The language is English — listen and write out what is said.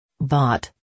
Bought